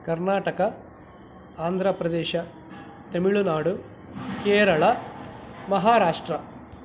Karnataka Andhra Pradesh Tamil Nadu Kerala Maharashtra